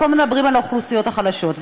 אנחנו לא מדברים על האוכלוסיות החלשות,